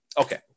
okay